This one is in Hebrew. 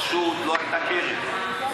פשוט לא הייתה קרן.